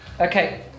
Okay